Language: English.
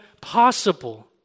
possible